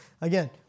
again